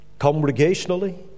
congregationally